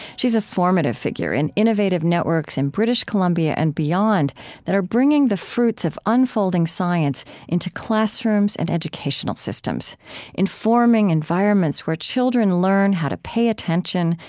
she's a formative figure in innovative networks in british columbia and beyond that are bringing the fruits of unfolding science into classrooms and educational systems informing environments where children learn how to pay attention,